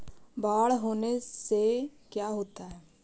बाढ़ होने से का क्या होता है?